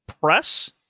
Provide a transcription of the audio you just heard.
press